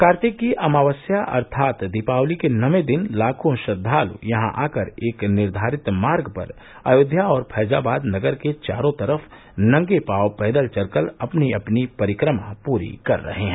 कार्तिक की अमावस्या अर्थात् दीपावली के नवें दिन लाखों श्रद्वालु यहां आकर एक निर्धारित मार्ग पर अयोध्या और फैजाबाद नगर के चारों तरफ नंगे पांव पैदल चलकर अपनी अपनी परिक्रमा पूरी कर रहे हैं